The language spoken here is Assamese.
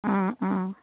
ও ও